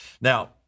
Now